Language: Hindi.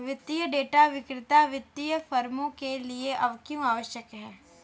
वित्तीय डेटा विक्रेता वित्तीय फर्मों के लिए क्यों आवश्यक है?